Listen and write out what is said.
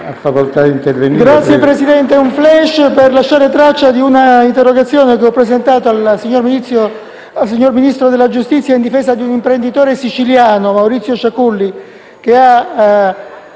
brevemente per lasciare traccia di un'interrogazione che ho presentato al signor Ministro della giustizia in difesa di un imprenditore siciliano, Maurizio Ciaculli, che ha